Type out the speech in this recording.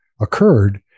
occurred